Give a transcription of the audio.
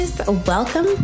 Welcome